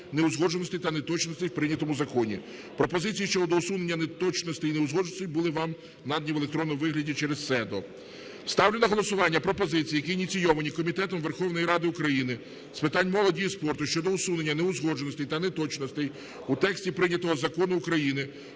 неузгодженостей та неточностей в прийнятому законі. Пропозиції щодо усунення неточностей і неузгодженостей були вам надані в електронному вигляді через СЕДО. Ставлю на голосування пропозиції, які ініційовані Комітетом Верховної Ради України з питань молоді і спорту щодо усунення неузгодженостей та неточностей у тексті прийнятого Закону України